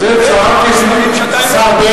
המספרים שאתה הבאת.